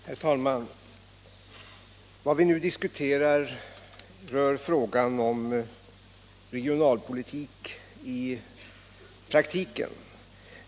Herr talman! Vad vi nu diskuterar rör frågan om regionalpolitik i praktiken.